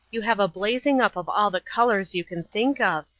you have a blazing up of all the colors you can think of,